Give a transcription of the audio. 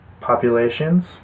populations